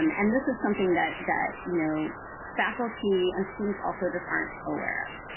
um and this is something that that you know faculty and students also just aren't aware of.